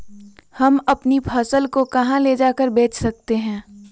हम अपनी फसल को कहां ले जाकर बेच सकते हैं?